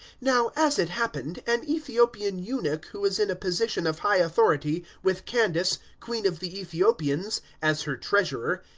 now, as it happened, an ethiopian eunuch who was in a position of high authority with candace, queen of the ethiopians, as her treasurer,